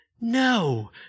No